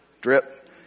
drip